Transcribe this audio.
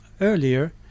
earlier